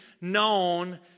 known